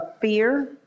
fear